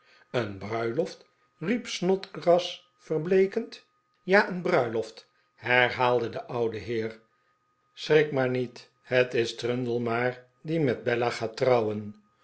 een bruiloft riep snodgrass verbleekend ja een bruiloft herhaalde de oude heer schrik maar niet het is trundle maar die met bella gaat trouwen